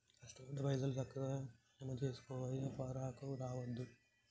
కష్టపడ్డ పైసలు, సక్కగ జమజేసుకోవయ్యా, పరాకు రావద్దు